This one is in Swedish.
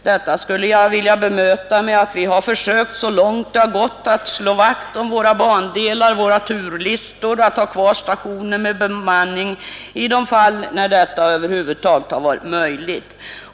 Detta skulle jag vilja bemöta med att vi har försökt så långt det har gått att slå vakt om våra bandelar och våra turlistor och att ha kvar stationer med bemanning i de fall detta över huvud taget varit möjligt.